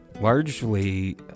Largely